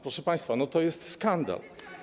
Proszę państwa, to jest skandal.